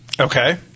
Okay